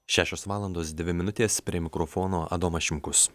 šešios valandos dvi minutės prie mikrofono adomas šimkus